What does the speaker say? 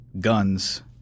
guns